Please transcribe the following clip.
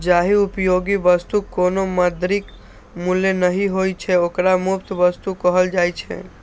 जाहि उपयोगी वस्तुक कोनो मौद्रिक मूल्य नहि होइ छै, ओकरा मुफ्त वस्तु कहल जाइ छै